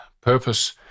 purpose